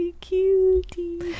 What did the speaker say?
Cutie